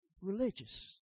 religious